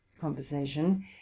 conversation